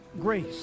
grace